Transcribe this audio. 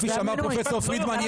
כפי שאמר פרופסור פרידמן,